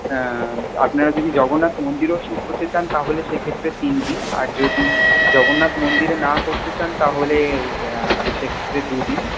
আপনারা যদি জগন্নাথ মন্দিরেও শুট করতে চান তাহলে সে ক্ষেত্রে তিনদিন আর যদি জগন্নাথ মন্দিরে না করতে চান তাহলে সে ক্ষেত্রে দুদিন